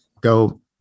Go